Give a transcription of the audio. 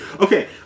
Okay